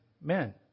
men